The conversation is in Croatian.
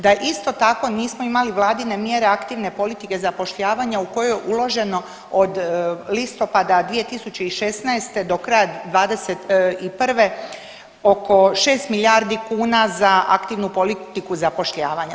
Da je isto tako, nismo imali Vladine mjere aktivne politike zapošljavanja u kojoj je uloženo od listopada 2016. do kraja '21. oko 6 milijardi kuna za aktivnu politiku zapošljavanja.